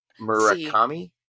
Murakami